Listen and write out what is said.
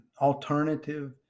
alternative